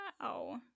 Wow